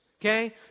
okay